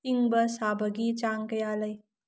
ꯏꯪꯕ ꯁꯥꯕꯒꯤ ꯆꯥꯡ ꯀꯌꯥ ꯂꯩ